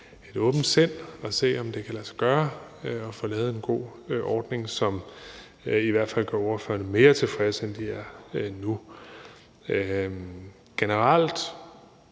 et åbent sind og se, om det kan lade sig gøre at få lavet en god ordning, som i hvert fald gør ordførerne mere tilfredse, end de er nu. Generelt